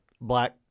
black